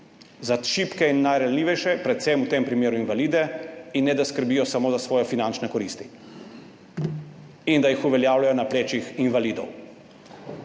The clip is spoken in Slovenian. za šibke in najranljivejše, predvsem v tem primeru za invalide, in ne da skrbijo samo za svoje finančne koristi in da jih uveljavljajo na plečih invalidov.